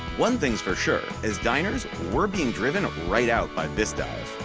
one thing's for sure as diners, we're being driven right out by this dive.